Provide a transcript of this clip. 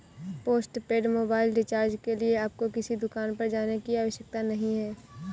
postpaid mobile recharge के लिए आपको किसी दुकान पर जाने की आवश्यकता नहीं है